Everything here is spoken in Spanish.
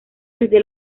desde